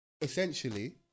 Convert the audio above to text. essentially